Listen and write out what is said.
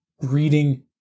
reading